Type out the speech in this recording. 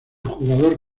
jugador